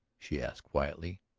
she asked quietly.